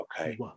Okay